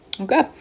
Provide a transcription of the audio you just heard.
Okay